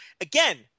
Again